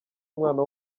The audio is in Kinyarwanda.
umwana